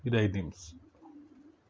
ಇದು ಐದು ನೇಮ್ಸ್